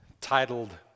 titled